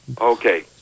Okay